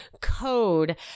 code